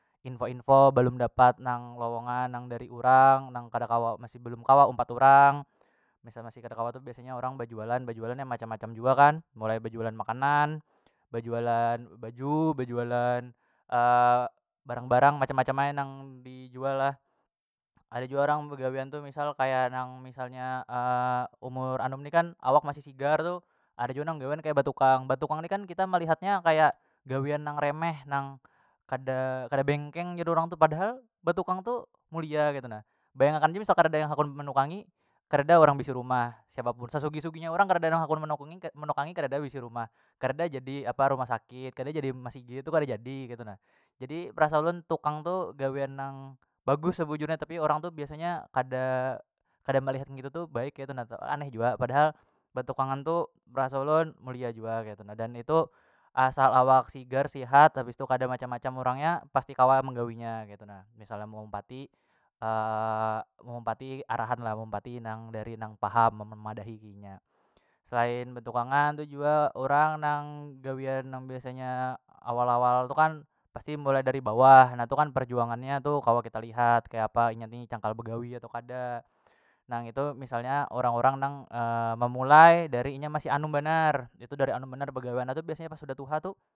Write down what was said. Info- info balum dapat nang lowongan nang dari urang nang kada kawa masih balum kawa umpat urang misal masih kada kawa tu biasanya orang bajualan- bajualan ya macam- macam jua kan mulai bajualan makanan, bajualan baju, bajualan barang- barang macam- macam ae nang dijual lah ada jua orang begawian tu misal kaya nang misalnya umur anum ni kan awak masih sigar tu ada jua nang gawian kaya batukang- batukang ni kan kita melihatnya kaya gawian nang remeh nang kada bengkeng jar urang tuh padahal batukang tu mulia ketu nah bayangkan aja misal kareda hakun menukangi kareda orang bisi rumah siapapun sesugih- sugih urang kareda nang hakun menakung menukangi kareda bisi rumah kareda jadi apa rumah sakit kena jadi mama sigi tu kada jadi ketu na, jadi perasa ulun tukang tu gawian nang bagus sebujurnya tapi orang tu biasanya kada- kada melihat ngitu tu baik ketu nah aneh jua padahal batukangan tu berasa ulun mulia jua ketu na dan itu asal awak sigar sihat habis tu kada macam- macam urang nya pasti kawa menggawinya ketu nah misalnya meumpati meumpati arahan lah meumpati nang dari nang paham memadahi ke inya selain betukangan tu jua urang nang gawian nang biasanya awal- awal tu kan pasti mulai dari bawah na tu kan perjuangannya tu kawa kita lihat kayapa inya ni cangkal begawi atau kada nang itu misal nya urang- urang nang memulai inya masih anum banar itu dari anum banar begawian nya tu biasanya pas sudah tuha tu.